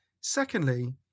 Secondly